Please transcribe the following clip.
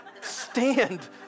stand